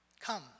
Come